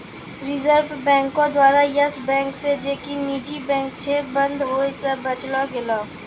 reserve बैंको द्वारा Yes Bank जे कि निजी बैंक छै, बंद होय से बचैलो गेलै